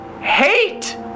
hate